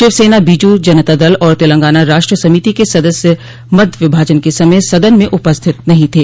शिवसेना बीजू जनतादल और तेलंगाना राष्ट्र समिति के सदस्य मत विभाजन के समय सदन में उपस्थित नहीं थे